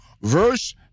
verse